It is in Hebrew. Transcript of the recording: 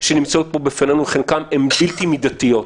שנמצאות פה בפנינו, חלקן בלתי מידתיות.